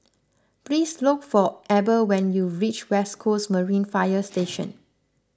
please look for Eber when you reach West Coast Marine Fire Station